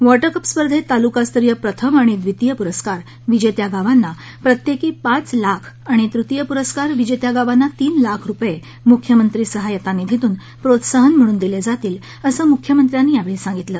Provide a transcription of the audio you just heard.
water cup स्पर्धेत तालुकास्तरीय प्रथम आणि द्वितीय प्रस्कार विजेत्या गावांना प्रत्येकी पाच लाख आणि तृतीय प्रस्कार विजेत्या गावांना तीन लाख रुपये मुख्यमंत्री सहायता निधीतून प्रोत्साहन म्हणून दिले जातील असं मुख्यमंत्र्यांनी सांगितलं